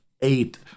eight